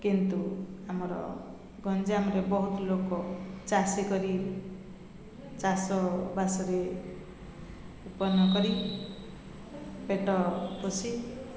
କିନ୍ତୁ ଆମର ଗଞ୍ଜାମରେ ବହୁତ ଲୋକ ଚାଷୀ କରି ଚାଷ ବାସରେ ଉପନ୍ନ କରି ପେଟ ପୋଷି